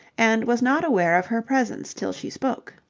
and was not aware of her presence till she spoke.